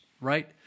right